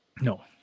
No